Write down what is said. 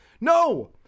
No